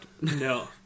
No